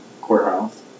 courthouse